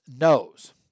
knows